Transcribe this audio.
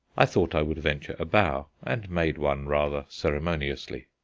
i thought i would venture a bow, and made one rather ceremoniously.